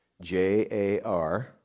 J-A-R